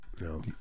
no